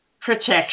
protection